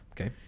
Okay